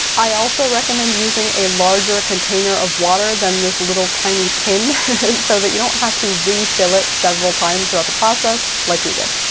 i also recommend using a larger container of water than this little tiny tin so that you don't have to refill it several times throughout the process like we did.